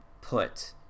put